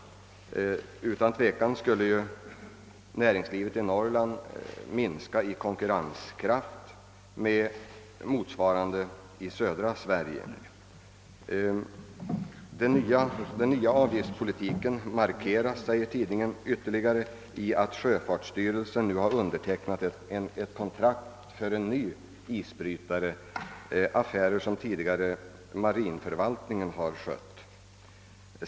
Utan tvivel skulle näringslivet i Norrland minska i konkurrenskraft i förhållande till motsvarande i södra Sverige. Den nya avgiftspolitiken mar keras, säger tidningen, ytterligare av att sjöfartsstyrelsen nu har undertecknat ett kontrakt för en ny isbrytare, affärer som marinförvaltningen tidigare har skött.